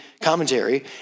Commentary